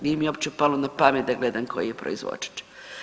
Nije mi uopće palo na pamet da gledam koji je proizvođač.